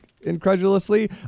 incredulously